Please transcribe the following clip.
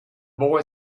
boy